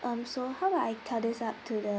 um so how do I tell this up to the